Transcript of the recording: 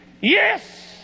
yes